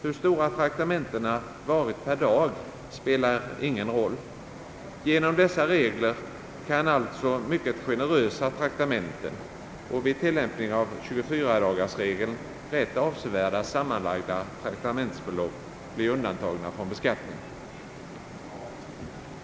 Hur stora traktamentena varit per dag spelar ingen roll. Genom dessa regler kan alltså även mycket generösa traktamenten och vid tilllämpning av 24-dagarsregeln rätt avsevärda sammanlagda traktamentsbelopp bli undantagna från beskattning.